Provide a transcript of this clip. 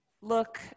Look